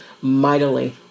mightily